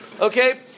okay